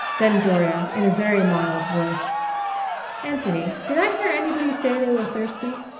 then gloria, in a very mild voice anthony, did i hear anybody say they were thirsty?